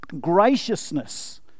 graciousness